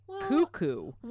cuckoo